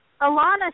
Alana